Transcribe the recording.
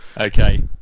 okay